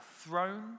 throne